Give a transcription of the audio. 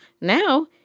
Now